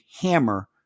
hammer